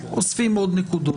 אוספים עוד נקודות.